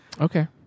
okay